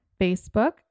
Facebook